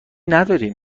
نداریم